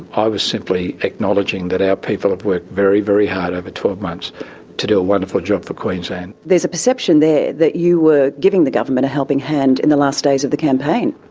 i was simply acknowledging that our people have worked very, very hard over twelve months to do a wonderful job for queensland. there's a perception there that you were giving the government a helping hand in the last days of the campaign.